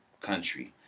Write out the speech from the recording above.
country